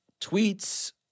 tweets